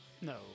No